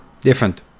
Different